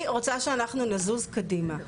אני רוצה שאנחנו נזוז קדימה,